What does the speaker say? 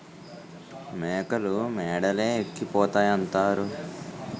మేకలు మేడలే ఎక్కిపోతాయంతారు